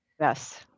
Yes